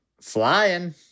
Flying